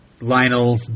Lionel